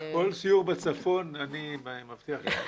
לכל סיור בצפון, אני מבטיח לבוא.